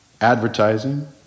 advertising